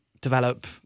develop